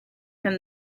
from